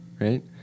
right